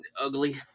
ugly